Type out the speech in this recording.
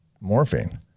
morphine